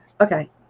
Okay